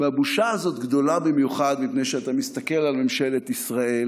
והבושה הזאת גדולה במיוחד מפני שאתה מסתכל על ממשלת ישראל,